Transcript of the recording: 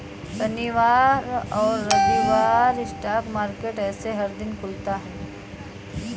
शनिवार और रविवार छोड़ स्टॉक मार्केट ऐसे हर दिन खुलता है